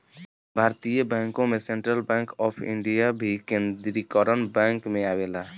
भारतीय बैंकों में सेंट्रल बैंक ऑफ इंडिया भी केन्द्रीकरण बैंक में आवेला